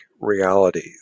reality